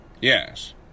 Yes